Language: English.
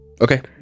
Okay